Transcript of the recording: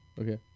Okay